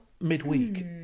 midweek